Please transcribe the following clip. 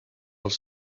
els